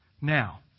Now